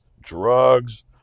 drugs